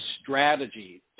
strategy